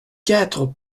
quatre